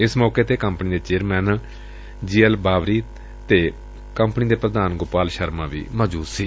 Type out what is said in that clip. ਇਸ ਮੌਕੇ ਤੇ ਕੰਪਨੀ ਦੇ chairman G L Bawri company ਦੇ ਪ੍ਰਧਾਨ ਗੋਪਾਲ ਸ਼ਰਮਾ ਵੀ ਮੌਜੁਦ ਸਨ